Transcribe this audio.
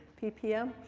ppm.